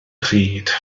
pryd